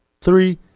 Three